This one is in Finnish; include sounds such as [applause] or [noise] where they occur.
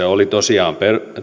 [unintelligible] oli tosiaan